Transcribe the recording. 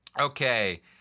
Okay